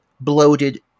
bloated